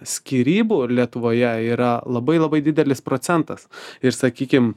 skyrybų lietuvoje yra labai labai didelis procentas ir sakykim